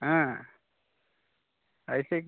हाँ ऐसे कि